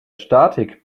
statik